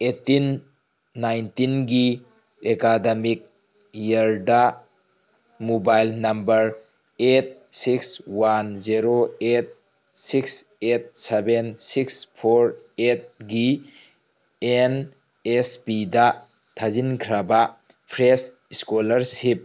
eighteen ꯅꯥꯏꯟꯇꯤꯟꯒꯤ academic ꯏꯌꯥꯔꯗ mobile number eight six one zero eight six eight seven six four ꯑꯩꯠꯒꯤ N S ꯄꯤꯗ ꯊꯥꯖꯤꯟꯈ꯭ꯔꯕ fresh scholarship